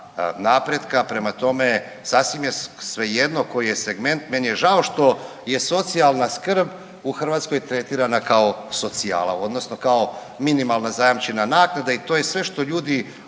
napretka. Prema tome, sasvim je svejedno koji je segment, meni je žao što je socijalna skrb u Hrvatskoj tretirana kao socijala odnosno kao minimalna zajamčena naknada i to je sve što ljudi